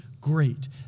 great